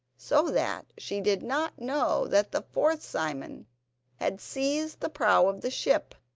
so that she did not know that the fourth simon had seized the prow of the ship,